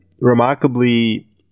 remarkably